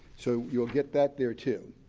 so you'll get that there too.